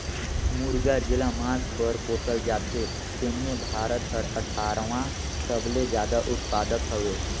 मुरगा जेला मांस बर पोसल जाथे तेम्हे भारत हर अठारहवां सबले जादा उत्पादक हवे